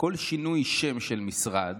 כל שינוי שם של משרד,